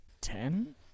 Ten